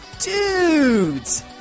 Dudes